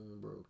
bro